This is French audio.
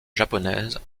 japonaise